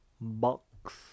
box